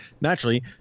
naturally